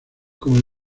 como